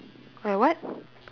her what